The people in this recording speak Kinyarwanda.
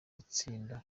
gutsinda